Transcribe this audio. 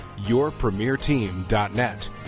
yourpremierteam.net